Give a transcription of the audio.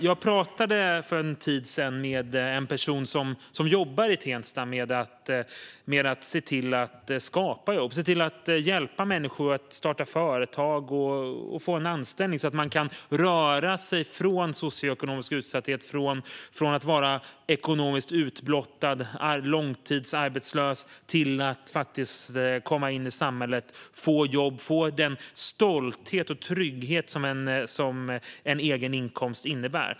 Jag pratade för en tid sedan med en person som jobbar i Tensta med att skapa jobb och hjälpa människor att starta företag och få en anställning. På så sätt kan de röra sig från socioekonomisk utsatthet och från att vara ekonomiskt utblottade och långtidsarbetslösa till att faktiskt komma in i samhället och få ett jobb och den stolthet och trygghet som en egen inkomst innebär.